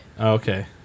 Okay